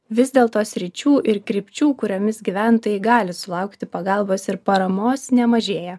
vis dėl to sričių ir krypčių kuriomis gyventojai gali sulaukti pagalbos ir paramos nemažėja